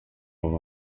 ubu